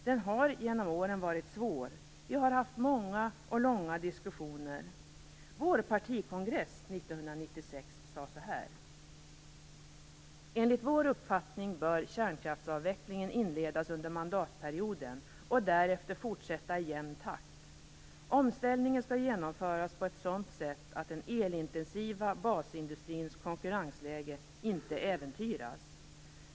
Den har genom åren varit svår, och vi har haft många och långa diskussioner. Vår partikongress 1996 sade så här: "Enligt vår uppfattning bör kärnkraftsavvecklingen inledas under mandatperioden och därefter fortsätta i jämn takt. Omställningen skall genomföras på ett sådant sätt att den elintensiva basindustrins konkurrensläge inte äventyras.